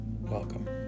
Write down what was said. welcome